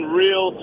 real